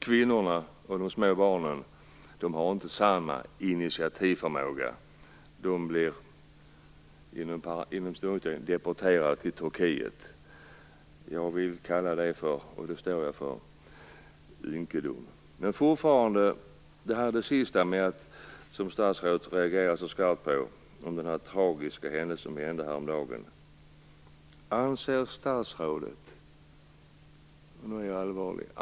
Kvinnorna och de små barnen har inte samma initiativförmåga. De blir "deporterade" till Turkiet. Jag vill kalla det för ynkedom, och det står jag för. När det gäller det sista som statsrådet reagerade så skarpt på - om den tragiska händelse som skedde häromdagen - vill jag ställa en fråga.